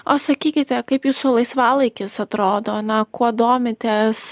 o sakykite kaip jūsų laisvalaikis atrodo na kuo domitės